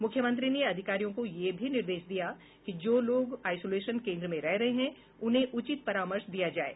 मुख्यमंत्री ने अधिकारियों को यह भी निर्देश दिया कि जो लोग आइसोलेशन केन्द्र में रह रहे हैं उन्हें उचित परामर्श दिया जाये